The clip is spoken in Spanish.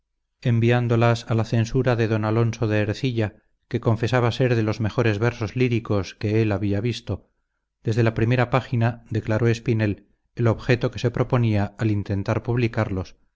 enviándolas a la censura de d alonso de ercilla que confesaba ser de los mejores versos líricos que el había visto desde la primera página declaró espinel el objeto que se proponía al intentar publicarlos